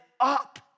up